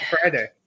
Friday